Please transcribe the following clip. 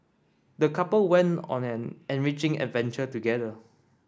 the couple went on an enriching adventure together